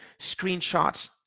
Screenshots